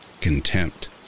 contempt